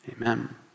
Amen